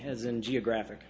has an geographic